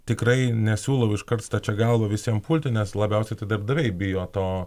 tikrai nesiūlau iškart stačia galva visiem pulti nes labiausiai tai darbdaviai bijo to